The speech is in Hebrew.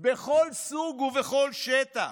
בכל סוג ובכל שטח.